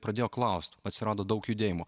pradėjo klausti atsirado daug judėjimo